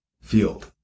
field